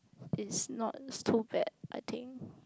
is not too bad I think